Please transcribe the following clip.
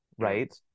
Right